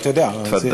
תפאדל.